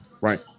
right